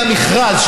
מהמכרז,